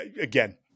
again